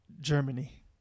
Germany